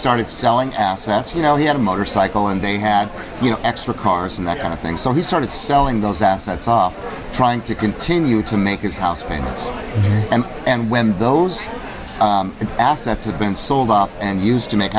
started selling assets you know he had a motorcycle and they had you know extra cars and that kind of thing so he started selling those assets off trying to continue to make his house payments and and when those assets had been sold off and used to make